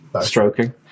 stroking